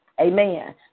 Amen